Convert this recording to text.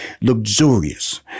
Luxurious